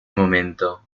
momento